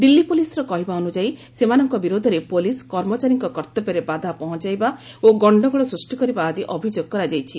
ଦିଲ୍ଲୀ ପୁଲିସ୍ର କହିବା ଅନୁଯାୟୀ ସେମାନଙ୍କ ବିରୋଧରେ ପୁଲିସ୍ କର୍ମଚାରୀଙ୍କ କର୍ତ୍ତବ୍ୟରେ ବାଧା ପହଞ୍ଚାଇବା ଓ ଗଣ୍ଡଗୋଳ ସୃଷ୍ଟି କରିବା ଆଦି ଅଭିଯୋଗ କରାଯାଇଛି